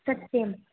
सत्यम्